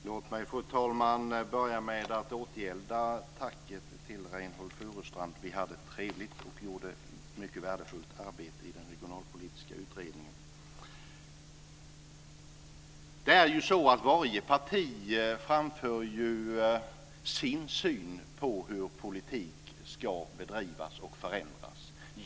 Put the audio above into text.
Fru talman! Låt mig få börja med att återgälda tacket till Reynoldh Furustrand. Vi hade trevligt och gjorde ett mycket värdefullt arbete i den regionalpolitiska utredningen. Varje parti framför ju sin syn på hur politik ska bedrivas och förändras.